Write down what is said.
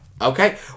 Okay